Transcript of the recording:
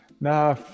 Nah